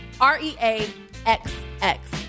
r-e-a-x-x